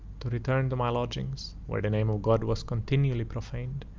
to return to my lodgings, where the name of god was continually profaned,